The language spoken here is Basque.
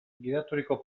gidaturiko